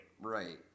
Right